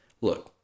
look